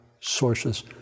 sources